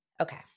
Okay